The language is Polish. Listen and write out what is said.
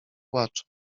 płacze